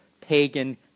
pagan